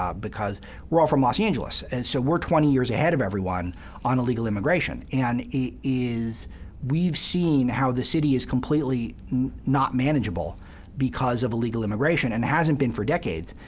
um because we're all from los angeles, and so we're twenty years ahead of everyone on illegal immigration. and it is we've seen how the city is completely not manageable because of illegal immigration, and it hasn't been for decades.